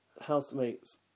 housemates